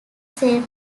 same